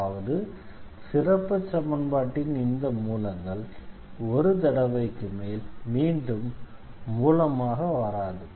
அதாவது சிறப்புச் சமன்பாட்டின் இந்த மூலங்கள் ஒரு தடவைக்கு மேல் மீண்டும் மூலமாக வராது